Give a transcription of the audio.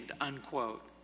unquote